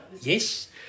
Yes